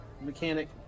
mechanic